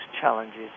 challenges